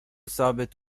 ثابت